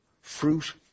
fruit